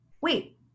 wait